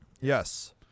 Yes